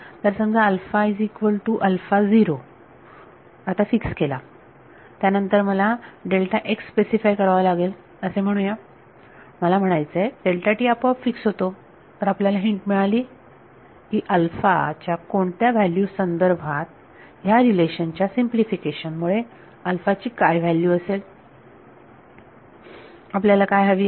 तर समजा मी आता फिक्स केला त्यानंतर मला फक्त स्पेसीफाय करावा लागेल असे म्हणूया मला म्हणायचंय आपोआप फिक्स होतो तर आपल्याला हिंट मिळाली काअल्फा च्या कोणत्या व्हॅल्यू संदर्भात ह्या रिलेशन च्या सिंपलिफिकेशन मुळे अल्फा ची काय व्हॅल्यू असेल आपल्याला काय हवी आहे